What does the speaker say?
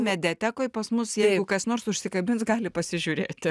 mediatekoj pas mus jeigu kas nors užsikabins gali pasižiūrėti